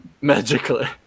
magically